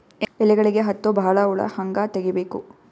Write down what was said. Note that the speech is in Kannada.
ಎಲೆಗಳಿಗೆ ಹತ್ತೋ ಬಹಳ ಹುಳ ಹಂಗ ತೆಗೀಬೆಕು?